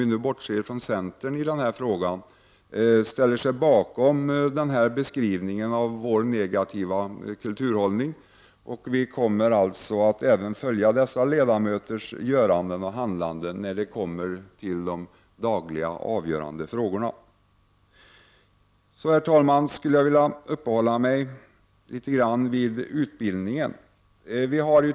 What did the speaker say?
Vidare noterar jag att övriga partier ställer sig bakom beskrivningen av vår negativa kulturhållning. Vi kommer alltså att följa även dessa ledamöters handlande när det är dags för de dagliga avgörande frågorna. Sedan skulle jag, herr talman, vilja uppehålla mig något vid utbildningen.